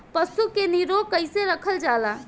पशु के निरोग कईसे रखल जाला?